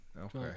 Okay